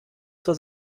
zur